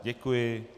Děkuji.